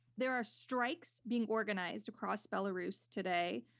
there are strikes being organized across belarus today,